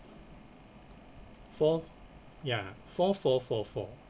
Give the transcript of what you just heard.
four ya four four four four